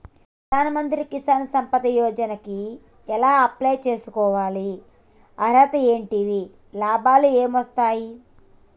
ప్రధాన మంత్రి కిసాన్ సంపద యోజన కి ఎలా అప్లయ్ చేసుకోవాలి? అర్హతలు ఏంటివి? లాభాలు ఏమొస్తాయి?